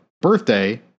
birthday